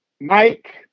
Mike